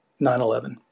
9-11